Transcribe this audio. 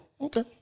Okay